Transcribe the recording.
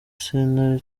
sentare